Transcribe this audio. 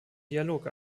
dialog